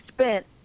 spent